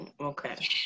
okay